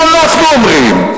מה אנחנו אומרים?